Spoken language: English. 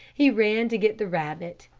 he ran to get the rabbit.